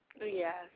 Yes